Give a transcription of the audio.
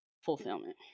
fulfillment